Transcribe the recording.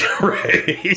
Right